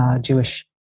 Jewish